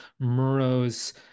Murrow's